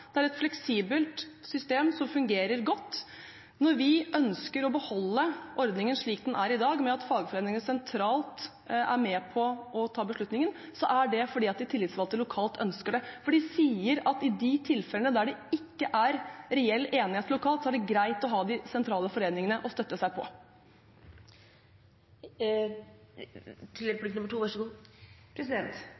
Det er et fleksibelt system som fungerer godt. Når vi ønsker å beholde ordningen slik den er i dag, med at fagforeningene sentralt er med på å ta beslutningen, er det fordi de tillitsvalgte lokalt ønsker det. De sier at i de tilfellene der det ikke er reell enighet lokalt, er det greit å ha de sentrale foreningene å støtte seg på. Å heve aldersgrensen for stillingsvern til